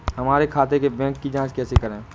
हमारे खाते के बैंक की जाँच कैसे करें?